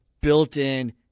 built-in